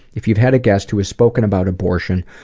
if you've had a guest who's spoken about abortion,